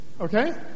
Okay